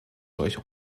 solche